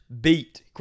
beat